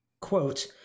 Quote